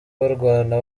barwana